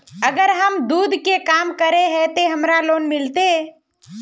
अगर हम दूध के काम करे है ते हमरा लोन मिलते?